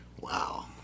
Wow